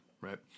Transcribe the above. right